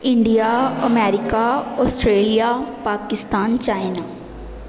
India America Australia Pakistan China